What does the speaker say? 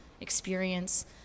experience